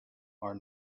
are